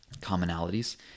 commonalities